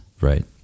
right